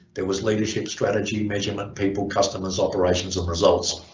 there was leadership strategy, measurement, people, customers, operations and results